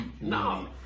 No